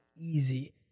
easy